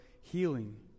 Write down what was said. healing